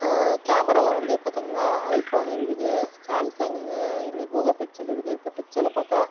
கேமராவில் வந்து பாத்தீங்கனா ஐஃபோன் இருக்குது சாம்சங்கு இருக்குது கூகுள் பிக்சல் இருக்குது இப்போ பிக்சலை பார்த்தா